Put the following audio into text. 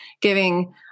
giving